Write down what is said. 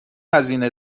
هزینه